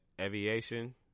aviation